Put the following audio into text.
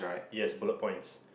yes bullet points